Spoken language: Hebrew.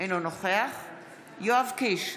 אינו נוכח יואב קיש,